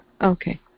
Okay